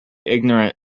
ignorant